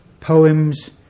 poems